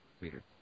Peter